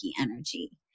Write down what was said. energy